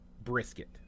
brisket